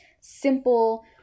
Simple